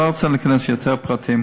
אני לא רוצה להיכנס יותר לפרטים.